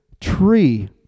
tree